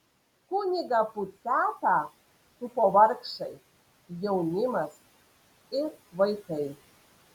kunigą puciatą supo vargšai jaunimas ir vaikai